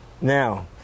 Now